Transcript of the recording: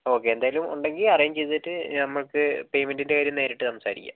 okay എന്തെങ്കിലും ഉണ്ടെങ്കിൽ arrange ചെയ്തിട്ട് നമുക്ക് പേയ്മെൻറ്റിൻ്റെ കാര്യം നേരിട്ട് സംസാരിക്കാം